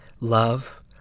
love